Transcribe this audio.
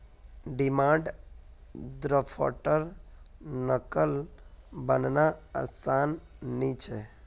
demand द्रफ्टर नक़ल बनाना आसान नि छे